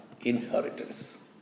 inheritance